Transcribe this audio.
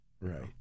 Right